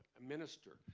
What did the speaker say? a minister.